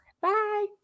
Bye